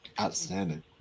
outstanding